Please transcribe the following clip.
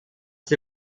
sie